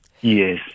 Yes